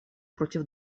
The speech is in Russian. против